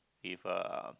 with uh